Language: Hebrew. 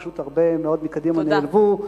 פשוט הרבה מאוד מקדימה נעלמו,